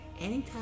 Anytime